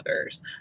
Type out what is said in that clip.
others